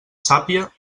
sàpia